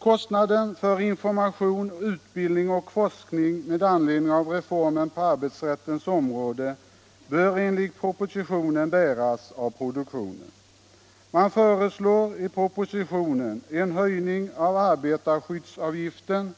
Kostnaderna för information, utbildning och forskning med anledning av reformen på arbetsrättens område bör enligt propositionen bäras av produktionen. Man föreslår i propositionen en höjning av arbetarskyddsavgiften